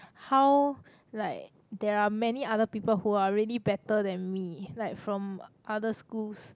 how like there are many other people who are really better than me like from other schools